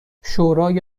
شورای